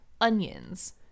onions